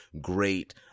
great